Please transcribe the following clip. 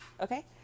okay